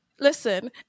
Listen